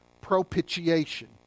propitiation